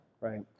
right